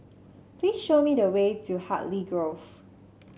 please show me the way to Hartley Grove